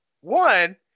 one